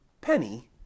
penny